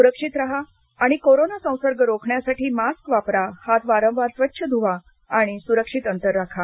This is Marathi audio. सुरक्षित राहा आणि कोरोना संसर्ग रोखण्यासाठी मास्क वापरा हात वारंवार स्वच्छ धुवा सुरक्षित अंतर ठेवा